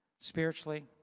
spiritually